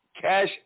cash